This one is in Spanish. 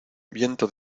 viento